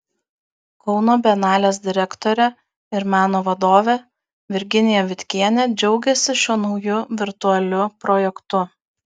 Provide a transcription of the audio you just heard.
kauno bienalės direktorė ir meno vadovė virginija vitkienė džiaugiasi šiuo nauju virtualiu projektu